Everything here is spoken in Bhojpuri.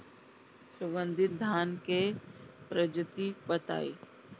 सुगन्धित धान क प्रजाति बताई?